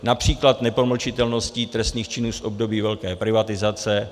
Například nepromlčitelnost trestných činů z období velké privatizace.